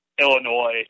Illinois